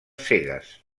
cegues